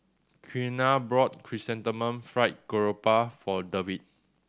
Quiana brought Chrysanthemum Fried Garoupa for Dewitt